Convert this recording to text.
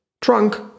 Trunk